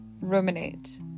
ruminate